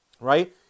right